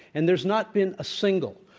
and there's not been a single,